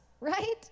right